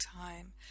time